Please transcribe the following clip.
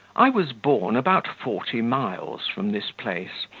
i was born about forty miles from this place,